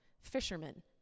fishermen